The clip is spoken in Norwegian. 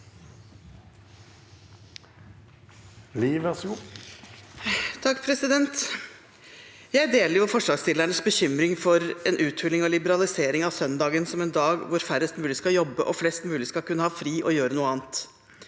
Jeg deler forslagsstiller- nes bekymring for en uthuling og liberalisering av søndagen som en dag hvor færrest mulig skal jobbe, og flest mulig skal kunne ha fri og gjøre noe annet.